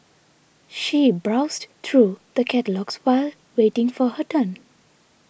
she browsed through the catalogues while waiting for her turn